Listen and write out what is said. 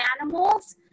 animals